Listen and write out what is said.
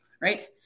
right